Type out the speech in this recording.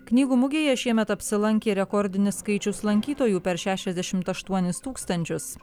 knygų mugėje šiemet apsilankė rekordinis skaičius lankytojų per šešiasdešimt aštuonis tūkstančius